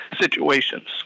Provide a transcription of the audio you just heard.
situations